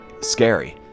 scary